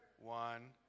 one